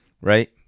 Right